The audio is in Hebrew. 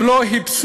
הם לא חיפשו